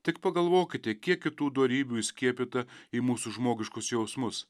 tik pagalvokite kiek kitų dorybių įskiepyta į mūsų žmogiškus jausmus